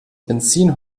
benzin